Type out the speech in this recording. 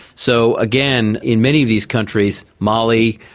so again, in many of these countries, mali,